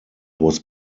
was